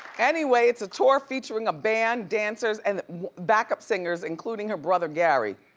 anyway, it's a tour featuring a band, dancers and backup singers, including her brother, gary.